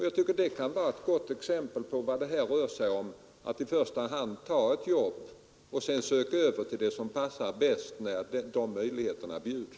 Jag anser att detta kan vara ett bra exempel på vad det här rör sig om — att i första hand ta ett jobb och sedan söka över till det som passar bäst när de möjligheterna bjuds.